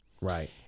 Right